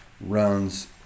runs